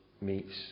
meets